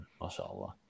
MashaAllah